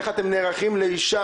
איך אתם נערכים לאשה,